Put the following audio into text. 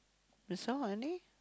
there's so many